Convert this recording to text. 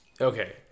Okay